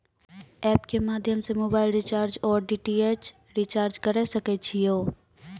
App के माध्यम से मोबाइल रिचार्ज ओर डी.टी.एच रिचार्ज करऽ सके छी यो?